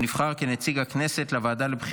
חבר הכנסת לשעבר דוד ליבאי נולד בתל אביב,